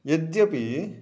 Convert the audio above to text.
यद्यपि